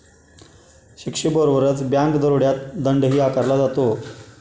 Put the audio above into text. शिक्षेबरोबरच बँक दरोड्यात दंडही आकारला जातो